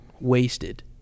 wasted